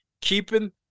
keeping